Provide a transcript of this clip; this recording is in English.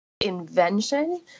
invention